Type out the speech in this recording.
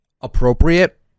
appropriate